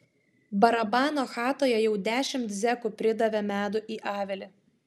barabano chatoje jau dešimt zekų pridavė medų į avilį